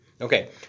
Okay